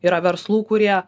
yra verslų kurie